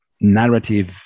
narrative